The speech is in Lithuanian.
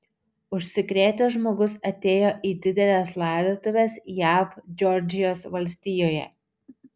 užsikrėtęs žmogus atėjo į dideles laidotuves jav džordžijos valstijoje